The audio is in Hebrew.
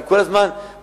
כי הוא כל הזמן ב"מדפים"